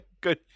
Good